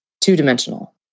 two-dimensional